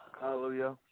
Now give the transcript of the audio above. Hallelujah